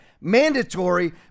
mandatory